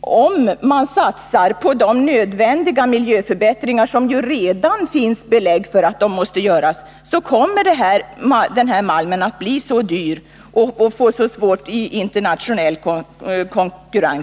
om man satsar på de miljöförbättringar som måste göras —det finns redan belägg för att de är nödvändiga —, kommer malmen att bli så dyr att den får svårt att hävda sig i den internationella konkurrensen.